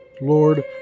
Lord